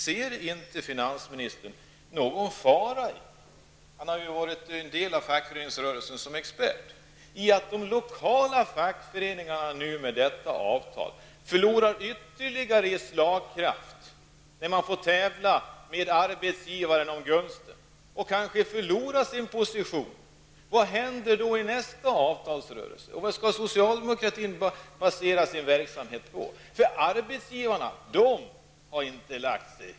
Ser inte finansministern någon fara -- Allan Larsson har ju varit en del av fackföreningsrörelsen som expert -- i detta med att de lokala fackföreningarna i och med det här avtalet förlorar ytterligare i slagkraft? Man får ju tävla med arbetsgivaren om gunsten. Kanske förlorar man sin position. Och vad händer i nästa avtalsrörelse? Vad skall socialdemokratin basera sin verksamhet på? Arbetsgivarna har ju inte lagt sig.